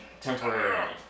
temporarily